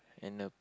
and the